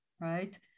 right